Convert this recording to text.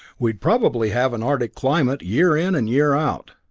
we'd probably have an arctic climate year in and year out.